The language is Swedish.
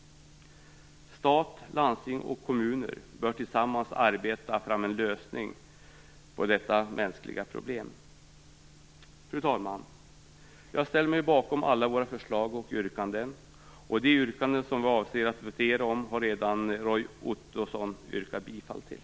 Stat, landsting och kommuner bör tillsammans arbeta fram en lösning på detta mänskliga problem. Fru talman! Jag ställer mig bakom alla våra förslag och yrkanden. De yrkanden vi avser att votera om har Roy Ottosson redan yrkat bifall till.